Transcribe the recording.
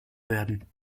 werden